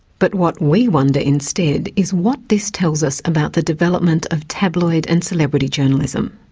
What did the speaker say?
but what we wonder instead, is what this tells us about the development of tabloid and celebrity journalism.